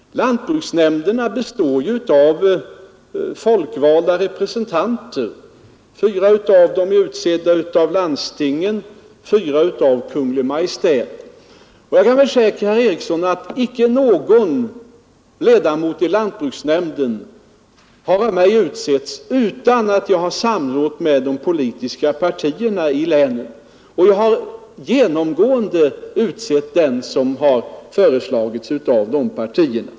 Lantbruksnämnderna består av folkvalda representanter, fyra utsedda av landstingen och fyra av Kungl. Maj:t. Och jag kan försäkra herr Eriksson att ingen ledamot av lantbruksnämnden har utsetts av mig utan att jag dessförinnan har samrått med de politiska partierna i länet. Jag har också genomgående utsett dem som föreslagits av de politiska partierna.